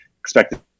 Expected